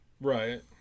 Right